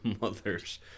mothers